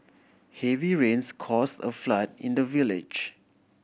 heavy rains caused a flood in the village